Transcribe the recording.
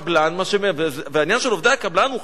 והעניין של עובדי הקבלן הוא חשוב,